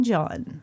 John